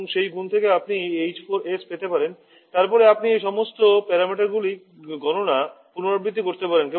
এবং সেই গুণ থেকে আপনি H 4 পেতে পারেন তারপরে আপনি এই সমস্ত পরামিতিগুলির গণনা পুনরাবৃত্তি করতে পারেন